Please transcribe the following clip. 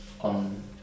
on